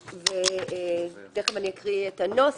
מיד אקריא את הנוסח,